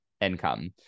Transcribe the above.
income